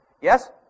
Yes